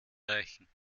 reichen